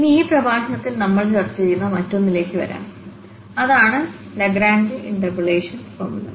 ഇനി ഈ പ്രഭാഷണത്തിൽ നമ്മൾ ചർച്ച ചെയ്യുന്ന മറ്റൊന്നിലേക്ക് വരാം അതാണ് ലഗ്രാഞ്ച് ഇന്റർപോളേഷൻഫോർമുല